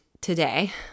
today